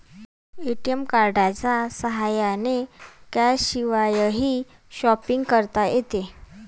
ATM कार्डच्या साह्याने कॅशशिवायही शॉपिंग करता येते